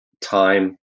time